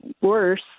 worse